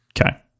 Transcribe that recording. Okay